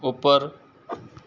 ਉੱਪਰ